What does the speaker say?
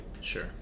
Sure